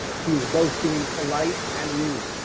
he is both being polite and rude.